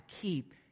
keep